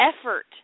effort